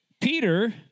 Peter